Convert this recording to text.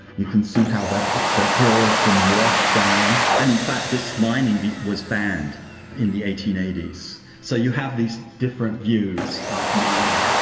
you can see how the the hill has been washed down, and in fact, this mining was banned in the eighteen eighty s. so, you have these different views of mining.